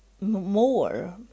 more